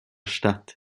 statt